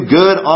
good